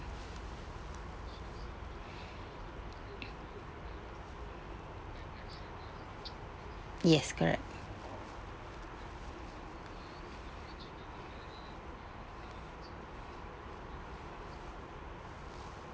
yes correct